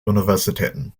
universitäten